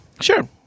Sure